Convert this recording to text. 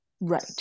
Right